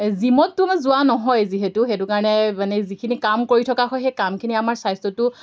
জিমতটো মানে যোৱা নহয় যিহেতু সেইটো কাৰণে মানে যিখিনি কাম কৰি থকা হয় সেই কামখিনি আমাৰ স্বাস্থ্যটো